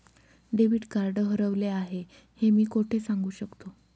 Debit card हरवले आहे हे मी कोठे सांगू शकतो?